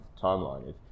timeline